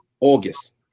August